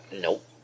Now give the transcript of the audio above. Nope